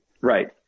Right